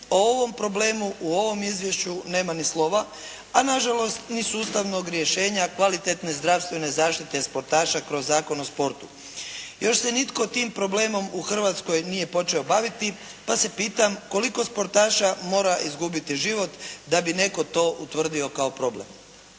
o ovom problemu u ovom izvješću nema ni slova, a na žalost ni sustavnog rješenja kvalitetne zdravstvene zaštite sportaša kroz Zakon o sportu. Još se nitko tim problemom u Hrvatskoj nije počeo baviti pa se pitam koliko sportaša mora izgubiti život da bi netko to utvrdio kao problem.